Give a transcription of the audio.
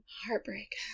Heartbreak